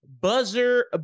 buzzer